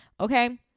Okay